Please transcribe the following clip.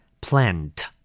Plant